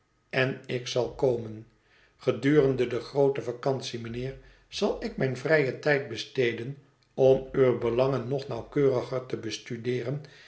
en ik zal komen gedurende de groote vacantie mijnheer zal ik mijn vrijen tijd besteden om uwe belangen nog nauwkeuriger te besturen